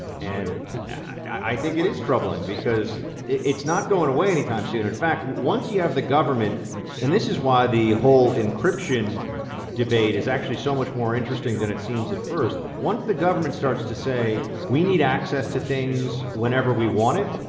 and i think it is troubling because it's not going away any time soon. in fact, once you have the government and this is why the whole encryption debate is actually so much more interesting than it seems at first. once the government starts to say we need access to things whenever we want it,